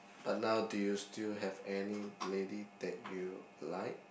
but now do you still have any lady that you like